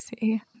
see